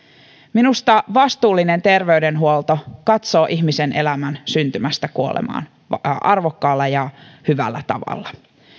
minusta vastuullinen terveydenhuolto katsoo ihmisen elämän syntymästä kuolemaan arvokkaalla ja hyvällä tavalla